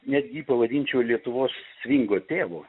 netgi jį pavadinčiau lietuvos svingo tėvu